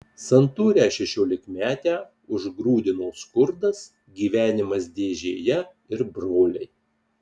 santūrią šešiolikmetę užgrūdino skurdas gyvenimas dėžėje ir broliai